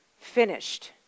finished